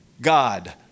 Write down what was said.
God